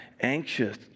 anxious